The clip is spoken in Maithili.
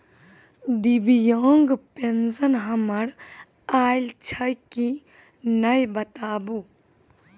दिव्यांग पेंशन हमर आयल छै कि नैय बताबू?